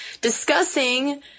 discussing